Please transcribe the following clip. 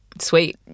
sweet